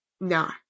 No